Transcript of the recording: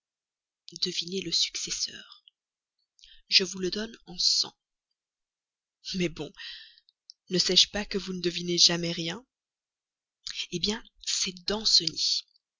le successeur je vous le donne en cent mais bon ne sais-je pas que vous ne devinez jamais rien hé bien c'est danceny